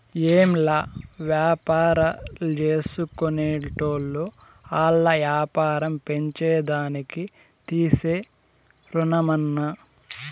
ఏంలా, వ్యాపారాల్జేసుకునేటోళ్లు ఆల్ల యాపారం పెంచేదానికి తీసే రుణమన్నా